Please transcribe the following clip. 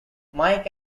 mike